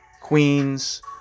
Queens